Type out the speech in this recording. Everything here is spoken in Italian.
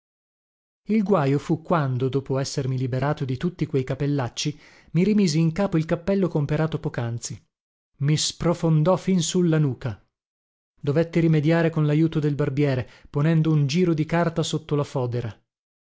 il guajo fu quando dopo essermi liberato di tutti quei capellacci mi rimisi in capo il cappello comperato pocanzi mi sprofondò fin su la nuca dovetti rimediare con lajuto del barbiere ponendo un giro di carta sotto la fodera